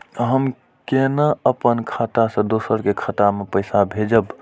हम केना अपन खाता से दोसर के खाता में पैसा भेजब?